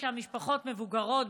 שהמשפחות מבוגרות,